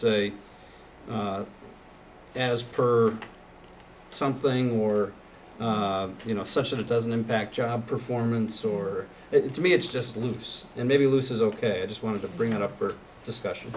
say as per something or you know such an it doesn't impact job performance or it to me it's just leaves and maybe loses ok i just wanted to bring it up for discussion